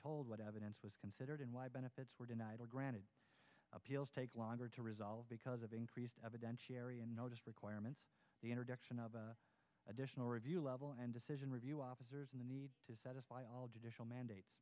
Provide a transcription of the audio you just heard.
told what evidence was considered and why benefits were denied or granted appeals take longer to resolve because of increased evidentiary unnoticed requirements direction of additional review level and decision review officers in the need to satisfy all judicial mandates